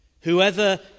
Whoever